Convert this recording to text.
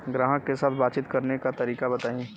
ग्राहक के साथ बातचीत करने का तरीका बताई?